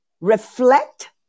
Reflect